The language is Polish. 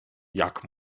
jak